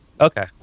Okay